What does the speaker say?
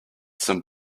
some